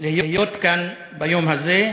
להיות כאן ביום הזה,